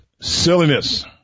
silliness